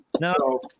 No